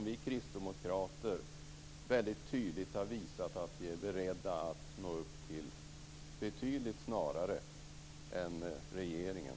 Vi kristdemokrater har väldigt tydligt visat att vi är beredda att nå upp till det målet betydligt snarare än regeringen.